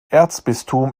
erzbistum